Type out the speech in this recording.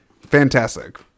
Fantastic